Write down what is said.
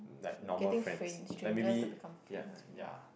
getting stange~ strangers to become friends you know